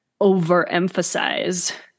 overemphasize